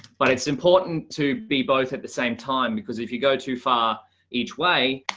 but it's important to be both at the same time because if you go too far each way,